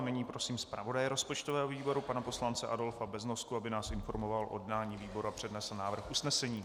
Nyní prosím zpravodaje rozpočtového výboru pana poslance Adolfa Beznosku, aby nás informoval o jednání výboru a přednesl návrh usnesení.